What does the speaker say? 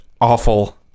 awful